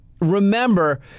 remember